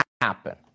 happen